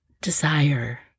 desire